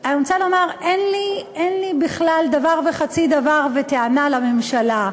אני רוצה לומר שאין לי בכלל דבר וחצי דבר וטענה לממשלה,